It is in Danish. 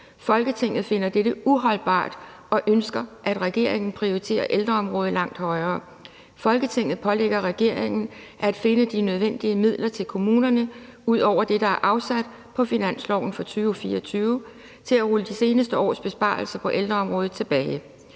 Folketinget finder dette uholdbart og ønsker, at regeringen prioriterer ældreområdet langt højere. Folketinget pålægger regeringen at finde de nødvendige midler til kommunerne ud over det, der er afsat på finansloven for 2024, til at rulle de seneste års besparelser på ældreområdet tilbage.